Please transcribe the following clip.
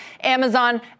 Amazon